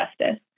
justice